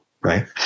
right